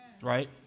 Right